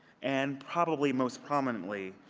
and probably most prominently,